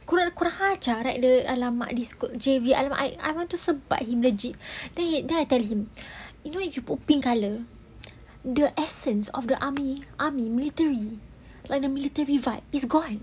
kurang kurang ajar kan dia !alamak! like the !alamak! this could javier I don't know I I want to sebat him legit then he then I tell him you know if you put pink colour the essence of the army army military like the military vibe is gone